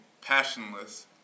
passionless